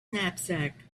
knapsack